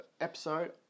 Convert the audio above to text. episode